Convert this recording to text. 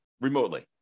remotely